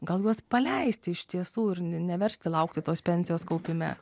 gal juos paleisti iš tiesų ir neversti laukti tos pensijos kaupime